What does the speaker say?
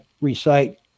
recite